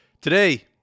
today